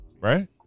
Right